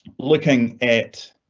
looking at